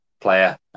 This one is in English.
player